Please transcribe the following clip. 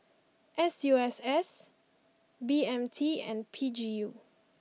S U S S B M T and P G U